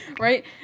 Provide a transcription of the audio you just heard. Right